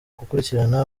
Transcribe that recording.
gukurikirana